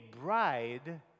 bride